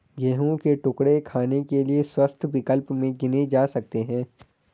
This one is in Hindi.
गेहूं के टुकड़े खाने के लिए स्वस्थ विकल्प में गिने जा सकते हैं